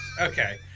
okay